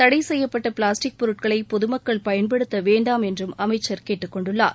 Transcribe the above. தடை செய்யப்பட்ட பிளாஸ்டிக் பொருட்களை பொதுமக்கள் பயன்படுத்த வேண்டாம் என்று அமைச்சர் கேட்டுக் கொண்டுள்ளார்